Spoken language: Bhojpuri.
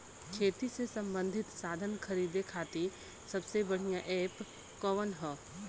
खेती से सबंधित साधन खरीदे खाती सबसे बढ़ियां एप कवन ह?